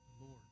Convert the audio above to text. Lord